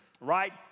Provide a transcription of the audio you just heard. Right